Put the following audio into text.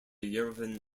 yerevan